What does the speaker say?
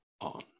on